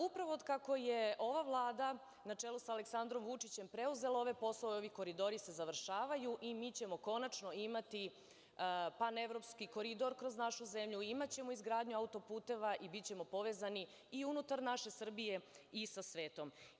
Upravo otkako je ova Vlada na čelu sa Aleksandrom Vučićem preuzela ove poslove ovi koridori se završavaju i mi ćemo konačno imati panevropski koridor kroz našu zemlju, imaćemo izgradnju autoputeva i bićemo povezani i unutar naše Srbije i sa svetom.